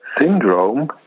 syndrome